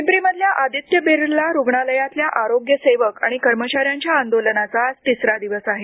पिंपरीमधल्या आदित्य बिर्ला रुग्णालयातल्या आरोग्य सेवक आणि कर्मचाऱ्यांच्या आंदोलनाचा आज तिसरा दिवस आहे